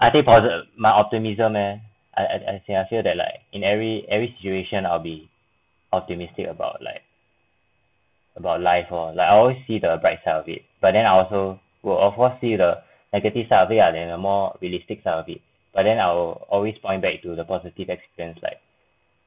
I think posit~ my optimism meh I I I think I feel that like in every every situation I'll be optimistic about like about life or like I always see the bright side of it but then I also will of course see the negative side of it ah and the more realistic side of but then I'll always point back to the positive experience like